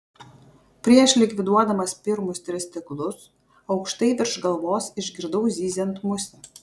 prieš likviduodamas pirmus tris stiklus aukštai virš galvos išgirdau zyziant musę